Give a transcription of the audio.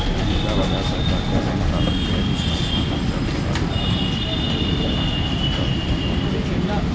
मुद्रा बाजार सरकार, बैंक आ पैघ संस्थान कें अल्पकालिक प्रतिभूति बेचय मे सक्षम बनबै छै